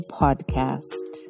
podcast